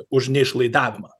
už ne išlaidavimą